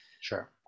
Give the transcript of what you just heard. sure